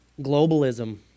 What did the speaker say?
Globalism